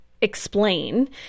explain